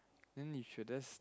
then you should've